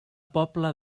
pobla